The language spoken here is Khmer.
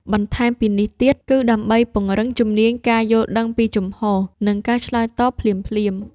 បន្ថែមពីនេះទៀត គឺដើម្បីពង្រឹងជំនាញការយល់ដឹងពីលំហ និងការឆ្លើយតបភ្លាមៗ។